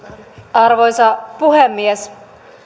arvoisa puhemies